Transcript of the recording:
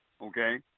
okay